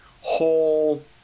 whole